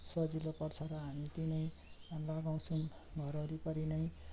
सजिलो पर्छ र हामी त्यहीँ नै लगाउँछौँ घर वरिपरि नै